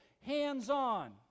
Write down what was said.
hands-on